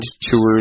tours